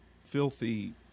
filthy